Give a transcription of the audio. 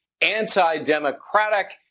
anti-democratic